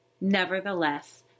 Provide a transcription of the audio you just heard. Nevertheless